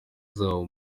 azaba